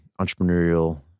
entrepreneurial